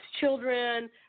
children